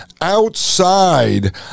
outside